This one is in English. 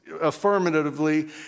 affirmatively